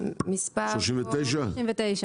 זה מופיע בעמ' 39 במצגת.